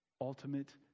ultimate